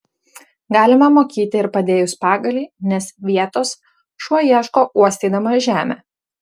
galima mokyti ir padėjus pagalį nes vietos šuo ieško uostydamas žemę